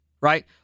right